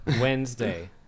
Wednesday